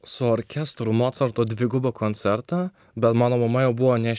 su orkestru mocarto dvigubą koncertą bet mano mama jau buvo nes